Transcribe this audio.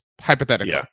hypothetically